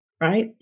right